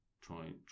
trying